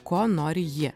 kuo nori jie